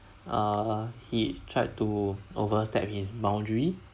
err he tried to overstep his boundary